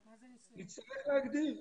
נצטרך להגדיר.